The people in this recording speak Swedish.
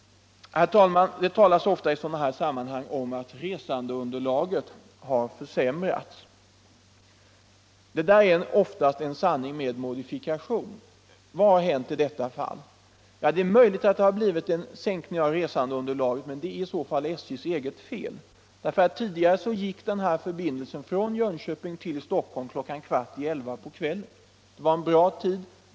Herr talman! Det talas ofta i sådana här sammanhang om att resandeunderlaget har försämrats. Detta är ofta en sanning med modifikation. Vad har hänt i detta fall? Det är möjligt att det har blivit en sänkning av resandeunderlaget, men det är i så fall delvis SJ:s eget fel. Tidigare gick denna förbindelse från Jönköping till Stockholm kl. 22.45. Det var en bra tid.